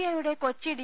ഐയുടെ കൊച്ചി ഡി